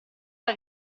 era